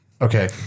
Okay